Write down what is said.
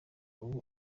ubu